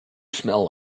smell